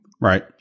Right